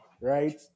right